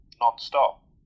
non-stop